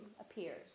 appears